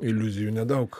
iliuzijų nedaug